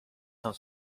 cent